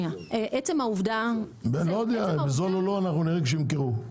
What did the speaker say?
לא יודע אם זה זול או לא, אנחנו נראה כשימכרו.